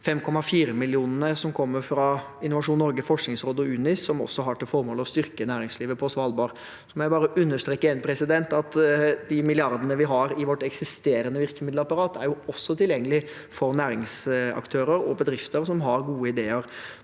5,4 mill. kr som kommer fra Innovasjon Norge, Forskningsrådet og UNIS, som også har til formål å styrke næringslivet på Svalbard. Jeg må bare understreke igjen at de milliardene vi har i vårt eksisterende virkemiddelapparat, også er tilgjengelige for næringsaktører og bedrifter som har gode ideer